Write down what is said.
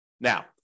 Now